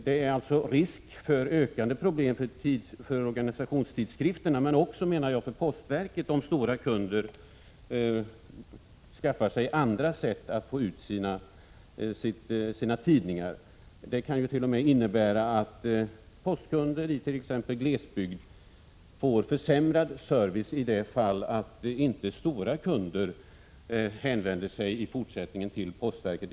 Det finns risk för ökande problem för organisationstidskrifterna men också, menar jag, för postverket, om stora kunder skaffar andra sätt att få ut sina tidningar. Det kan t.o.m. innebära att postkunder i t.ex. glesbygd får försämrad service i de fall stora kunder i fortsättningen inte hänvänder sig till postverket.